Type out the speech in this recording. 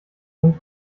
hund